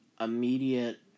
immediate